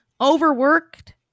Overworked